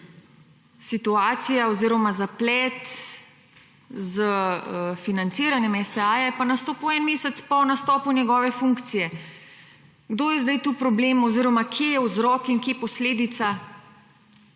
situacija oziroma zaplet s financiranjem STA je pa nastopil eden mesec po nastopu njegove funkcije kdo je sedaj tu problem oziroma kje je vzrok in kje posledica